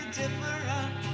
different